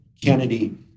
Kennedy